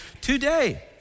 today